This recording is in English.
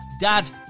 Dad